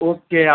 okay